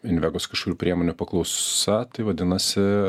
invegos kažkokių priemonių paklausa tai vadinasi